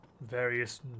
various